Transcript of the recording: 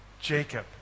Jacob